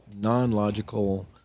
non-logical